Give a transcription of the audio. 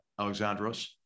Alexandros